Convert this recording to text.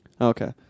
Okay